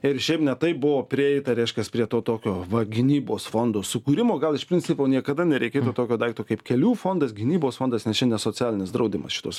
ir šiaip ne taip buvo prieita reiškias prie to tokio va gynybos fondo sukūrimo gal iš principo niekada nereikėtų tokio daikto kaip kelių fondas gynybos fondas nes čia ne socialinis draudimas šituos